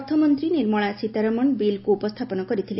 ଅର୍ଥମନ୍ତ୍ରୀ ନିର୍ମଳା ସୀତାରମଣ ବିଲ୍କୁ ଉପସ୍ଥାପନ କରିଥିଲେ